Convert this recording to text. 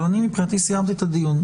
אבל מבחינתי סיימנו את הדיון.